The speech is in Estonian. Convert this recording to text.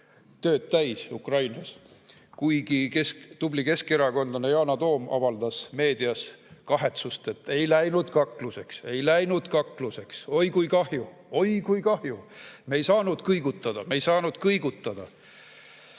tööd täis Ukrainas. Tubli keskerakondlane Yana Toom avaldas küll meedias kahetsust, et ei läinud kakluseks. Ei läinud kakluseks, oi kui kahju! Oi kui kahju! Me ei saanud kõigutada! Me ei saanud kõigutada!